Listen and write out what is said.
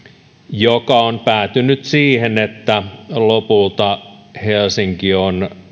joka on päätynyt siihen että lopulta helsinki on